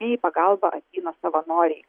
į pagalbą ateina savanoriai